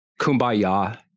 kumbaya